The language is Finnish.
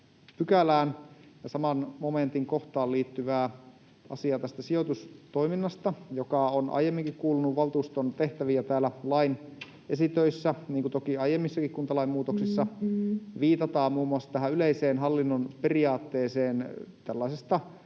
pykälään ja saman momentin kohtaan liittyvää asiaa tästä sijoitustoiminnasta, joka on aiemminkin kuulunut valtuuston tehtäviin. Täällä lain esitöissä, niin kuin toki aiemmissakin kuntalain muutoksissa, viitataan muun muassa tähän yleiseen hallinnon periaatteeseen tällaisesta